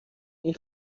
این